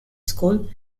school